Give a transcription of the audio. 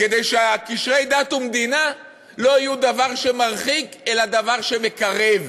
כדי שקשרי דת ומדינה לא יהיו דבר שמרחיק אלא דבר שמקרב.